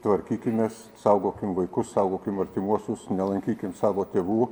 tvarkykimės saugokim vaikus saugokim artimuosius nelankykim savo tėvų